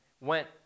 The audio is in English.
went